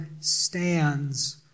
stands